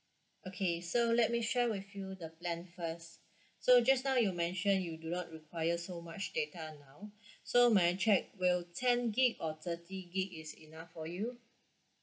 okay so let me share with you the plan first so just now you mention you do not require so much data now so may I check will ten gig or thirty gig is enough for you